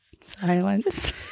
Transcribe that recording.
Silence